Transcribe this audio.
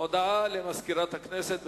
הודעה לסגנית מזכיר הכנסת.